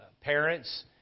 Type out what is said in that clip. parents